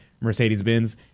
Mercedes-Benz